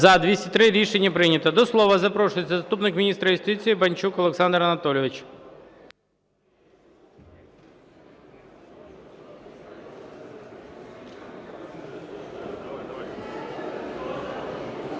За-203 Рішення прийнято. До слова запрошується заступник міністра юстиції Банчук Олександр Анатолійович.